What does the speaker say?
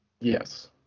Yes